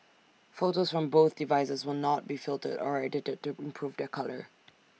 photos from both devices will not be filtered or edited to improve their colour